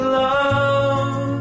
love